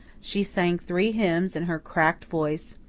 she sang three hymns in her cracked voice,